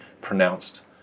pronounced